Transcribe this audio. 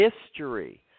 history